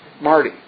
Marty